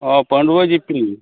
ᱚ ᱯᱟᱺᱰᱩᱣᱟᱹ ᱡᱤᱯᱤ